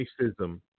racism